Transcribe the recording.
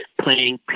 playing